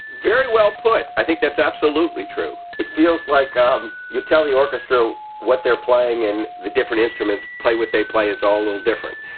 very well put. i think that's absolutely true. it feels like um you tell the orchestra what they're playing and the different instruments play what they play. it's all little different.